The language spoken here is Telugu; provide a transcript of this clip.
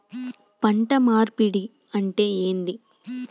పంట మార్పిడి అంటే ఏంది?